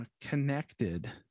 connected